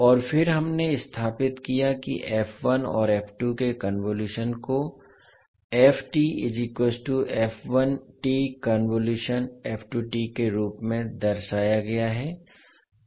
और फिर हमने स्थापित किया कि और के कन्वोलुशन को के रूप में दर्शाया गया है